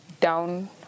down